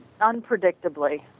unpredictably